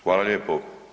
Hvala lijepo.